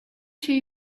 two